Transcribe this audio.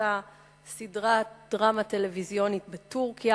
מאותה סדרת דרמה טלוויזיונית בטורקיה